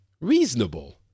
reasonable